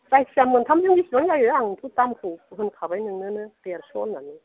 जायखिजाया मोनथामजों बेसेबां जायो आंथ' दामखौ होनखाबाय नोंनोनो देरस' होननानै